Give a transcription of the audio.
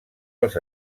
els